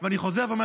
אני חוזר ומודה